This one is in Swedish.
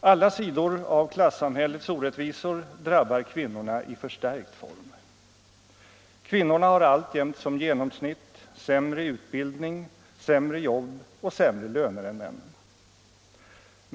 Alla sidor av klasssamhällets orättvisor drabbar kvinnorna i förstärkt form. Kvinnorna har alltjämt som genomsnitt sämre utbildning, sämre jobb och sämre löner än männen.